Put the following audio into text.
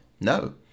No